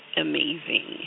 Amazing